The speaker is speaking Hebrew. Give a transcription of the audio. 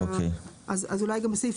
העיקרי, ובסעיף